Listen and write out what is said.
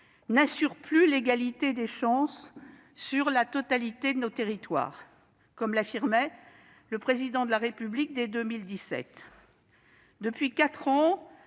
n'assure plus l'égalité des chances sur la totalité de notre territoire », comme l'affirmait le Président de la République dès 2017. Depuis quatre ans,